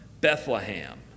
Bethlehem